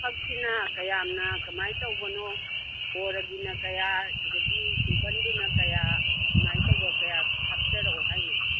ꯐꯛꯅꯤꯅ ꯀꯌꯥꯝꯅ ꯀꯃꯥꯏ ꯇꯧꯕꯅꯣ ꯕꯣꯔꯒꯤꯅ ꯀꯌꯥ ꯑꯗꯒꯤ ꯁꯤꯃꯄꯜꯗꯨꯅ ꯀꯌꯥ ꯀꯃꯥꯏ ꯇꯧꯕ ꯀꯌꯥ ꯍꯥꯞꯆꯔꯛꯑꯣ ꯍꯥꯏꯅꯣ